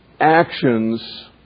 Actions